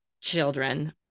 children